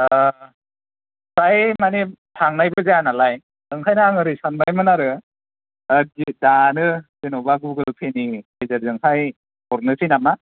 ओ फ्राय मानि थांनायबो जाया नालाय ओंखायनो आं ओरै सानबायमोन आरो दा जिनिसानो जेनेबा गुगोल पे नि गेजेरजोंहाय हरनोसै नामा